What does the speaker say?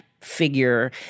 figure